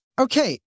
Okay